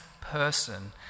person